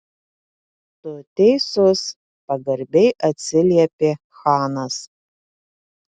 tu teisus pagarbiai atsiliepė chanas